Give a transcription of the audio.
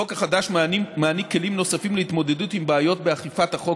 החוק החדש מעניק כלים נוספים להתמודדות עם בעיות באכיפת החוק